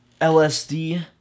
LSD